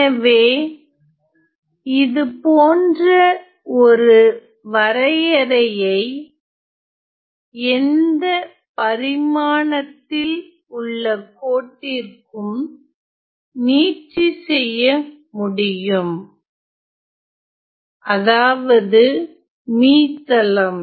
எனவே இதுபோன்ற ஒரு வரையறையை எந்த பரிமாணத்தில் உள்ள கோட்டிற்கும் நீட்சி செய்ய முடியும் அதாவது மீத்தளம்